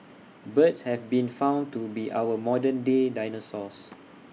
birds have been found to be our modern day dinosaurs